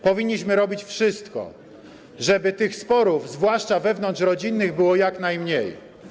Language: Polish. Powinniśmy robić wszystko, żeby tych sporów, zwłaszcza wewnątrzrodzinnych, było jak najmniej.